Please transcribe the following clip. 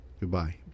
Goodbye